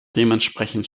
dementsprechend